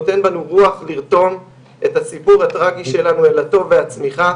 נותן בנו רוח לרתום את הסיפור הטרגי שלנו אל הטוב והצמיחה,